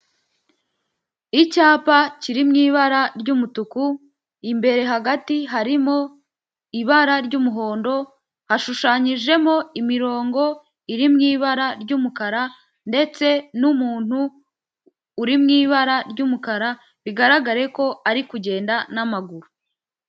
Icyapa kiri mu ibara ry'umutuku imbere hagati harimo ibara ry'umuhondo hashushanyijemo imirongo iri mu ibara ry'umukara ndetse n'umuntu uri mu ibara ry'umukara bigaragare ko ari kugenda n'amaguru.